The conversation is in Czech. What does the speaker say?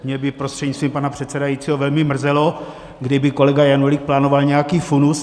Mě by prostřednictvím pana předsedajícího velmi mrzelo, kdyby kolega Janulík plánoval nějaký funus.